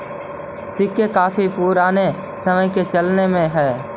सिक्के काफी पूराने समय से चलन में हई